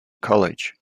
college